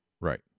right